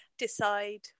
Decide